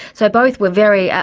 so both were very,